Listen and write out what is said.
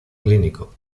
clínico